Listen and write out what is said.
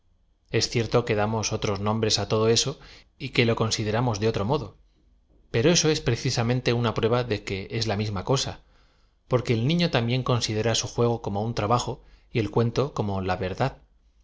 es cierto que damos otros nombres todo eao y que lo consideramos de otro modo pero eso es precisamente una prueba de que es la mis ma cosa porque el nifio también considera su juego como un trabiyo y el cuento como la verdad